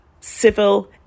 civil